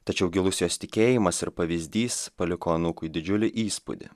tačiau gilus jos tikėjimas ir pavyzdys paliko anūkui didžiulį įspūdį